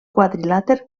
quadrilàter